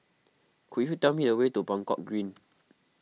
could you tell me the way to Buangkok Green